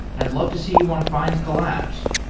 i'd love to see you on findcollabs.